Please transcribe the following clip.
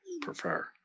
Prefer